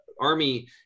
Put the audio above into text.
army